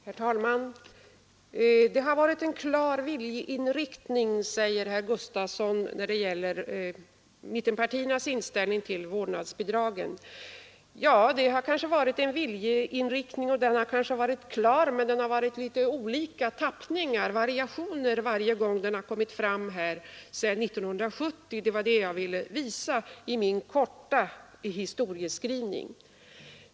Herr talman! Det har varit en klar viljeinriktning, säger herr Gustavsson i Alvesta beträffande mittenpartiernas inställning till vårdnadsbidraget. Ja, det har kanske varit en viljeinriktning och den har väl varit klar, men den har varit av litet olika tappning varje gång den kommit fram sedan 1970, vilket jag ville visa i min korta historieskrivning.